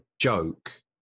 joke